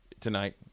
tonight